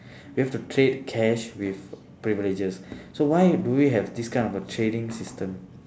we have to trade cash with privileges so why do we have this kind of trading system